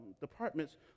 departments